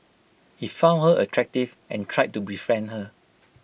he found her attractive and tried to befriend her